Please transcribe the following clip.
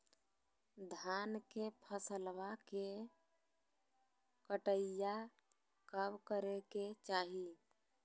धान के फसलवा के कटाईया कब करे के चाही?